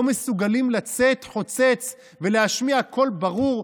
מסוגלים לצאת חוצץ ולהשמיע קול ברור,